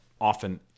often